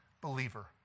believer